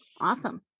Awesome